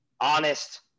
honest